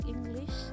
English